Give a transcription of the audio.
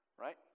right